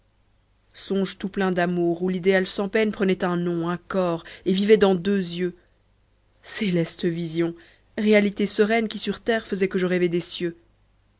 songes tout pleins d'amour où l'idéal sans peine prenait un nom un corps et vivait dans deux yeux céleste vision réalité sereine oui sur terre faisait que je rêvais des cieux